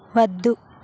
వద్దు